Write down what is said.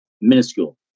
minuscule